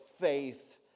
faith